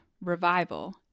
Revival